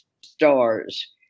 stars